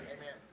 Amen